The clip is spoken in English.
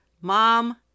mom